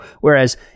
whereas